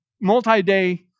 multi-day